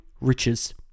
riches